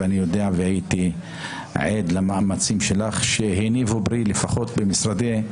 אני יודע והייתי עד למאמצים שלך שהניבו פרי לפחות במשרד המשפטים.